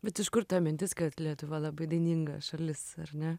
bet iš kur ta mintis kad lietuva labai daininga šalis ar ne